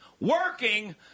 working